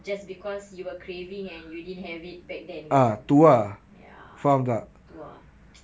just because you were craving and you didn't have it back then kan ya tu ah